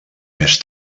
més